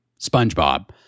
SpongeBob